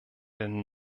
den